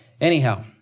Anyhow